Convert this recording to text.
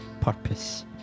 purpose